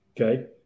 Okay